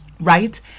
right